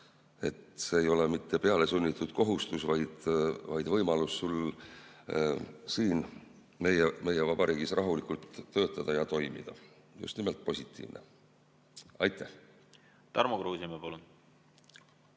See ei ole mitte pealesunnitud kohustus, vaid võimalus siin meie vabariigis rahulikult töötada ja toimida. Just nimelt positiivselt. Tarmo Kruusimäe, palun!